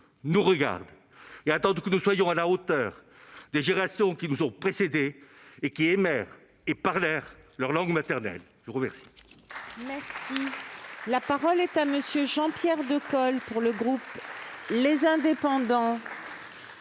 nous regardent et attendent que nous soyons à la hauteur des générations qui nous ont précédés et qui aimèrent et parlèrent leur langue maternelle. La parole